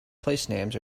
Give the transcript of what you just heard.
placenames